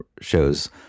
shows